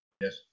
Yes